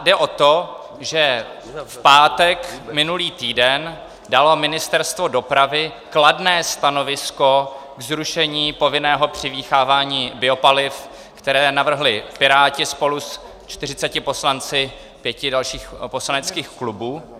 Jde o to, že v pátek minulý týden dalo Ministerstvo dopravy kladné stanovisko k zrušení povinného přimíchávání biopaliv, které navrhli Piráti spolu se 40 poslanci pěti dalších poslaneckých klubů.